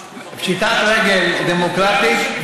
פשיטת רגל דמוקרטית,